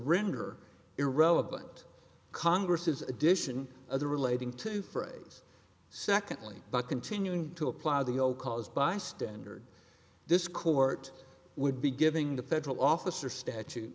render irrelevant congress's addition of the relating to phrase secondly by continuing to apply the o caused by standard this court would be giving the federal officer statute